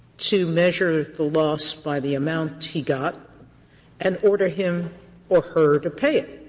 to measure the loss by the amount he got and order him or her to pay it.